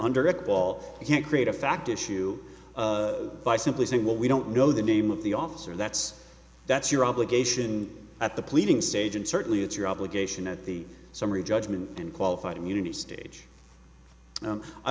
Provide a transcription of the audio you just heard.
under recall you can't create a fact issue by simply saying what we don't know the name of the officer that's that's your obligation at the pleading stage and certainly it's your obligation at the summary judgment and qualified immunity stage